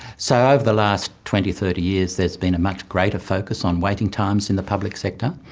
so over the last twenty, thirty years there has been a much greater focus on waiting times in the public sector,